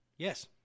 Yes